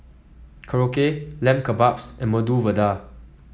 Korokke Lamb Kebabs and Medu Vada